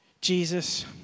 Jesus